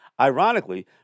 Ironically